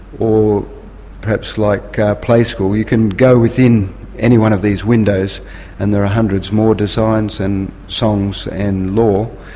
or perhaps like play school, you can go within any one of these windows and there are hundreds more designs and songs and law.